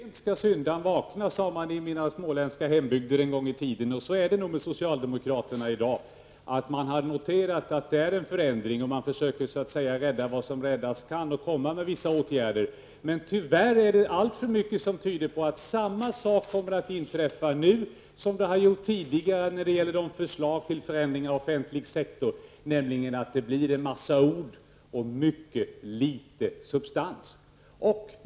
Fru talman! Sent skall syndarn vakna, sade man i min småländska hembygd en gång i tiden, och så är det nog med dagens socialdemokrater. Man har noterat att det krävs en förändring och genom att föreslå vissa åtgärder försöker man rädda vad som räddas kan. Tyvärr är det alltför mycket som tyder på att samma sak kommer att inträffa nu som det har gjort tidigare när det gäller förslag till förändringar av den offentliga sektorn, nämligen att det blir en massa ord och mycket litet substans i dessa ord.